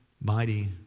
mighty